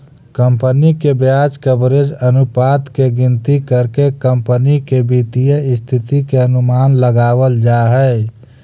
company के ब्याज coverage अनुपात के गिनती करके कंपनी के वित्तीय स्थिति के अनुमान लगावल जा हई